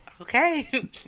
Okay